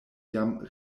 jam